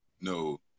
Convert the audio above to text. No